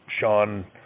Sean